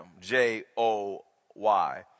j-o-y